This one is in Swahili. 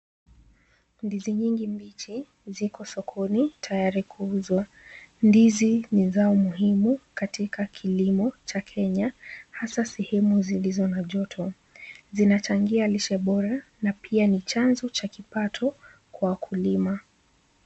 Ndizi nyingi mbichi ziko sokoni, tayari kuuzwa. Ndizi ni zao muhimu katika kilimo cha Kenya, hasa sehemu zilizo na joto. Zinachangia lishe bora na pia ni chanzo cha kipato kwa wakulima.